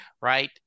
right